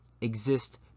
exist